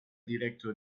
direktor